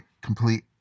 complete